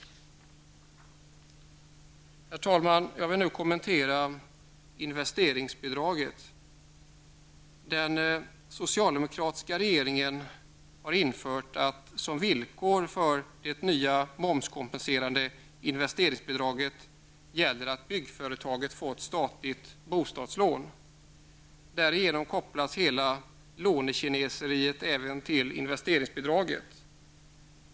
Herr talman! Jag vill nu kommentera investringsbidraget. Den socialdemokratiska regeringen har som villkor för det nya momskompenserande investeringsbidraget infört att byggföretaget skall ha fått statligt bostadslån. Därigenom kopplas hela lånekineseriet även till investeringsbidraget.